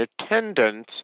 attendance